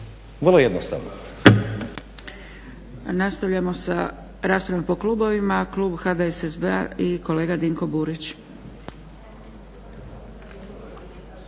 Meni se jednostavno